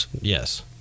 Yes